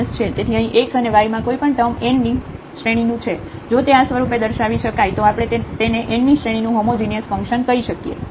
તેથી અહીં x અને y માં કોઈપણ ટર્મ n ની શ્રેણી નું છે જો તે આ સ્વરૂપે દર્શાવી શકાય તો આપણે તેને n ની શ્રેણી નું હોમોજિનિયસ ફંક્શન કહી શકીએ